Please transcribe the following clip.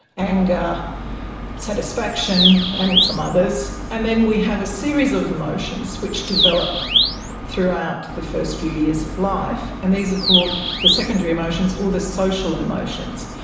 anger sort of and some others. and then we have a series of emotions which develop throughout the first few years of life, and these are called the secondary emotions or the social emotions,